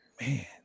man